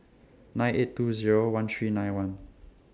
nine eight two Zero one three nine one